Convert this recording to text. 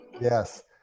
Yes